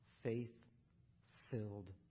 faith-filled